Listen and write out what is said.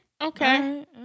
Okay